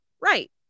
right